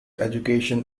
education